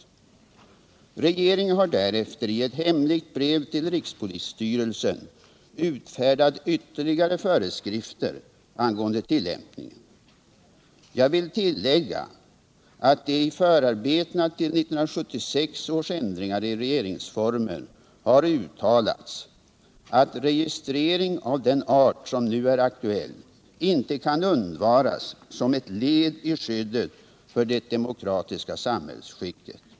Regeringen har därefter i ett hemligt brev till rikspolisstyrelsen utfärdat ytterligare föreskrifter angående tillämpningen. Jag vill tillägga att det i förarbetena till 1976 års ändringar i regeringsformen har uttalats att registrering av den art som nu är aktuell inte kan undvaras som ett led i skyddet för det demokratiska samhällsskicket.